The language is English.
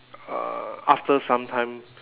uh after some time